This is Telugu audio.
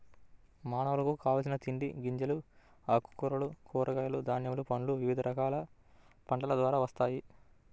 మానవులకు కావలసిన తిండి గింజలు, ఆకుకూరలు, కూరగాయలు, ధాన్యములు, పండ్లు వివిధ రకాల పంటల ద్వారా వస్తాయి